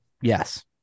yes